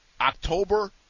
October